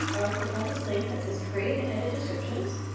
i'll click on the link that says create and edit descriptions.